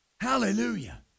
Hallelujah